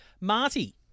Marty